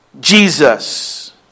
Jesus